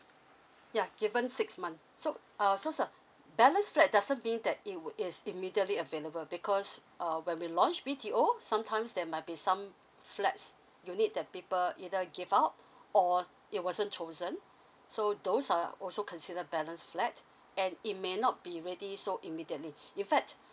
yeah given six month so uh so sir balance flat doesn't mean that it would it's immediately available because uh when we launch B_T_O sometimes there might be some flats you need the people either give out or it wasn't chosen so those are also consider balance flat and it may not be ready so immediately in fact